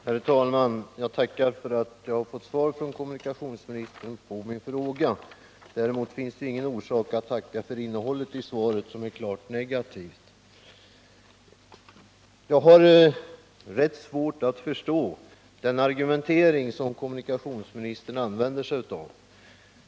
Herr talman! Jag tackar för att jag har fått svar från kommunikationsministern på min fråga. Däremot finns det ingen orsak att tacka för innehållet i svaret, som är klart negativt. Jag har rätt svårt att förstå den argumentering som kommunikationsmi nistern använde sig av.